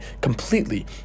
completely